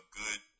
good